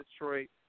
Detroit